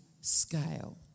scale